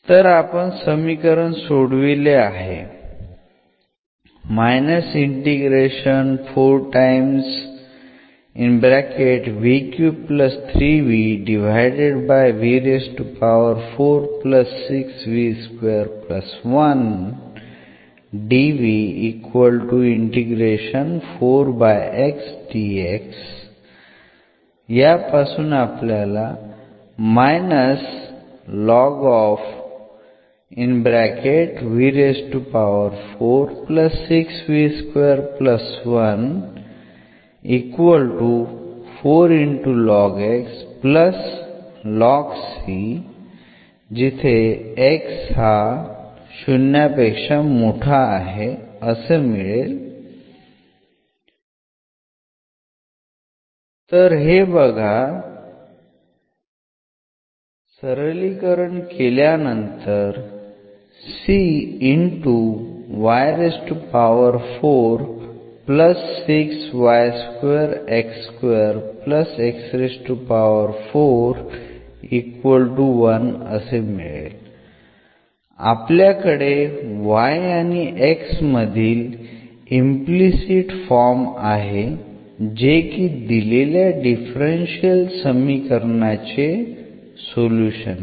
तर आपण समीकरण सोडविले आहे तर हे बघा आपल्याकडे y आणि x मधील इम्प्लिसिट फॉर्म आहे जे की दिलेल्या डिफरन्शियल समीकरणाचे सोल्युशन आहे